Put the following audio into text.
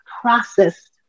processed